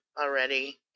already